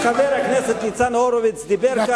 חבר הכנסת ניצן הורוביץ דיבר כאן,